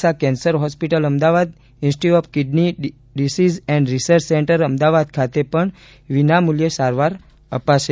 Shah cancer hospital Ahmedabad institute of kidney disease and research centre Ahmedabad ખાતે પણ વિનામૂલ્યે સારવાર અપાશે